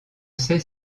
sait